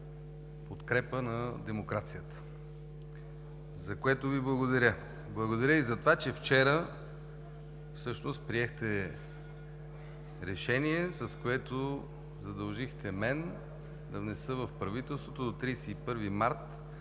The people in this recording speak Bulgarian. подкрепа на демокрацията, за което Ви благодаря. Благодаря и за това, че вчера приехте решение, с което задължихте мен да внеса в правителството до 31 март